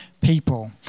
people